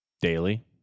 daily